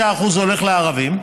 כי 25% הולכים לערבים,